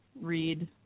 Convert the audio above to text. read